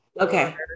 Okay